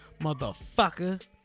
motherfucker